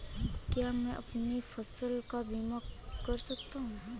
क्या मैं अपनी फसल का बीमा कर सकता हूँ?